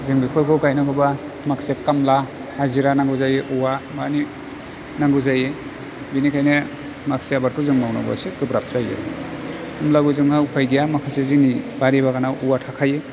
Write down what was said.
जों बेफोरखौ गायनांगौबा माखासे खामब्ला हाजिरा नांगौ जायो औवा माने नांगौ जायो बेनिखायनो माखासे आबादखौ जों मावनांगौवा इसे गोब्राब जायो होमब्लाबो जोंहा उफाय गैया माखासे जोंनि बारि बागानाव औवा थाखायो